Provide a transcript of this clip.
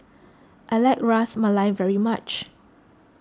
I like Ras Malai very much